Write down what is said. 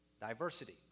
diversity